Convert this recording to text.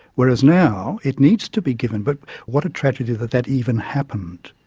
whereas now, it needs to be given but what a tragedy that that even happened.